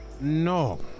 No